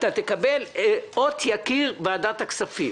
אתה תקבל אות יקיר ועדת הכספים.